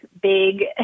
big